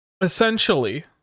Essentially